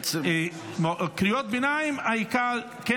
קריאות ביניים, העיקר כן